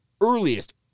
earliest